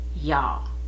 Y'all